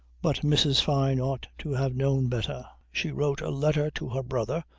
but mrs. fyne ought to have known better. she wrote a letter to her brother,